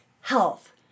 health